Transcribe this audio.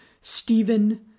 stephen